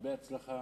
הרבה הצלחה.